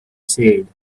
said